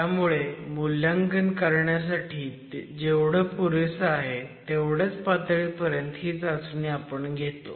त्यामुळे मूल्यांकन करण्यासाठी जेवढं पुरेसं आहे तेवढ्याच पातळीपर्यंत ही चाचणी आपण घेतो